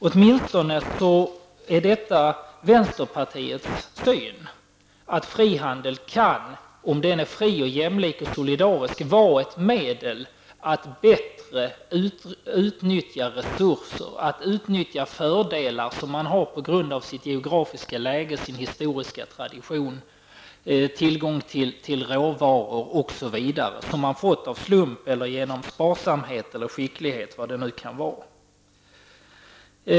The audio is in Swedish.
Åtminstone är det vänsterpartiets uppfattning att frihandel, om den är fri, jämlik och solidarisk, kan vara ett medel att bättre utnyttja resurser och fördelar som man har på grund av sitt geografiska läge, sin historiska tradition eller tillgång till råvaror m.m. som man har fått av en slump, genom sparsamhet eller skicklighet.